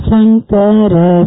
Sankara